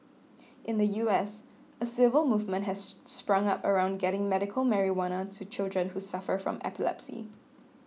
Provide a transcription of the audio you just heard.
in the U S a civil movement has sprung up around getting medical marijuana to children who suffer from epilepsy